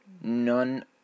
None